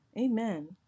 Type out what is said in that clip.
Amen